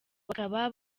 bakaba